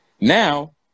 Now